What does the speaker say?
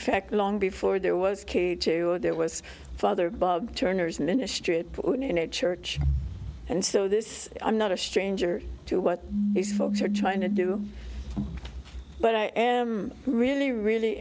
fact long before there was q two there was father bob turner's ministry in a church and so this i'm not a stranger to what his folks are trying to do but i am really really